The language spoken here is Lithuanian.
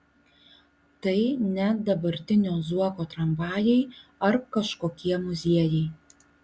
tai ne dabartinio zuoko tramvajai ar kažkokie muziejai